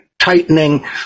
tightening